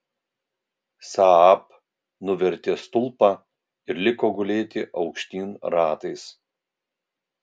saab nuvertė stulpą ir liko gulėti aukštyn ratais